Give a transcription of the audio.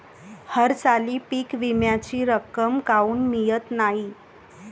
हरसाली पीक विम्याची रक्कम काऊन मियत नाई?